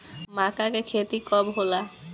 माका के खेती कब होला?